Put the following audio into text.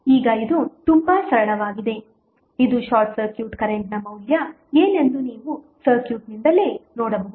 ಈಗ ಇದು ತುಂಬಾ ಸರಳವಾಗಿದೆ ಇದು ಶಾರ್ಟ್ ಸರ್ಕ್ಯೂಟ್ ಕರೆಂಟ್ನ ಮೌಲ್ಯ ಏನೆಂದು ನೀವು ಸರ್ಕ್ಯೂಟ್ನಿಂದಲೇ ನೋಡಬಹುದು